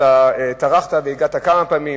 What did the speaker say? שאתה טרחת והגעת כמה פעמים.